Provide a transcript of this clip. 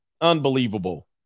Unbelievable